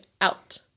out